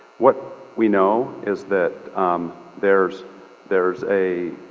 what we know is that there's there's a